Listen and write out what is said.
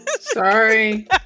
Sorry